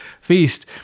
feast